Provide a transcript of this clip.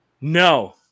No